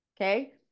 okay